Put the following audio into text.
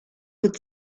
could